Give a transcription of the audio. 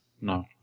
no